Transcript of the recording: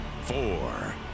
four